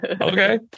Okay